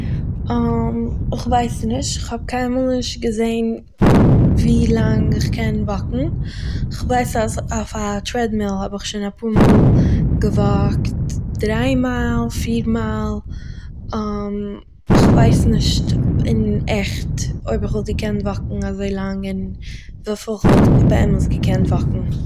איך ווייס נישט, כ'האב קיינמאל נישט געזעהן ווי לאנג איך קען וואקן. איך ווייס אז אויף א טרעדמיל האב איך שוין א פאר מאל געוואקט דריי מייל, פיר מייל, איך ווייס נישט עכט אויב איך וואלט געקענט וואקן אזוי לאנג און וויפיל איך וואלט באמת געקענט וואקן